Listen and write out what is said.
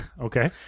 Okay